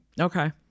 Okay